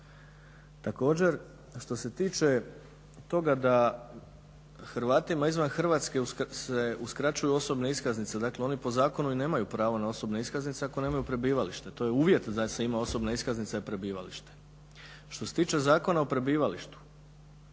Također što se tiče toga da Hrvatima izvan Hrvatske se uskraćuju osobne iskaznice. Dakle oni po zakonu i nemaju pravo na osobne iskaznice ako nemaju prebivalište, to je uvjet da se ima osobna iskaznica je prebivalište. Što se tiče Zakona o prebivalištu